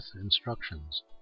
instructions